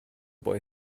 boy